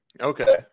Okay